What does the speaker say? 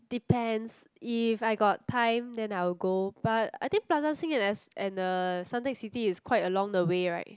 depends if I got time then I will go but I think Plaza-Sing and as and the Suntec-City is quite along the way right